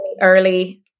early